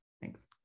Thanks